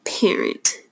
parent